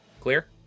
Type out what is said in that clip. Clear